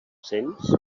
sents